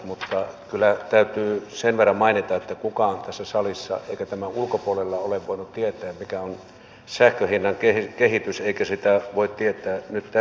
mutta kyllä täytyy sen verran mainita että kukaan ei tässä salissa eikä tämän ulkopuolella ole voinut tietää mikä on sähkön hinnan kehitys eikä sitä voi tietää nyt tästä eteenpäinkään